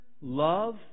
love